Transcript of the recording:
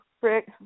Rick